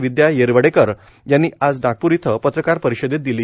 विद्या येरवडेकर यांनी आज नागपूर इथं पत्रकार परिषदेत दिली